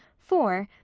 for,